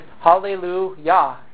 hallelujah